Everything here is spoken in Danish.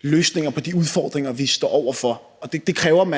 løsninger på de udfordringer, vi står over for. Det kræver, at